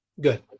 Good